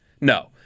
no